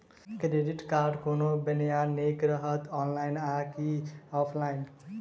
Credit card कोना बनेनाय नीक रहत? ऑनलाइन आ की ऑफलाइन?